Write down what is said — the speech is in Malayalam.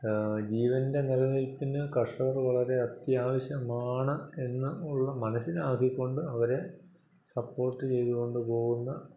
ജീവൻ്റെ നിലനിൽപ്പിന് കർഷകർ വളരെ അത്യാവിശ്യമാണ് എന്ന് ഉള്ള മനസ്സിലാക്കികൊണ്ട് അവരെ സപ്പോട്ട് ചെയ്തുകൊണ്ട് പോകുന്ന